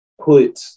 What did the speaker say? put